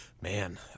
Man